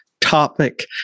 Topic